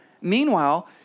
Meanwhile